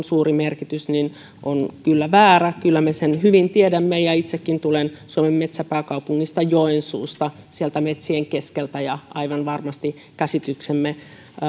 suuri merkitys on kyllä väärä kyllä me sen hyvin tiedämme itsekin tulen suomen metsäpääkaupungista joensuusta sieltä metsien keskeltä ja aivan varmasti käsityksemme